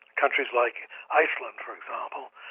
countries like iceland for example,